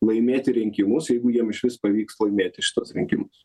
laimėti rinkimus jeigu jiem išvis pavyks laimėti šituos rinkimus